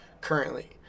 currently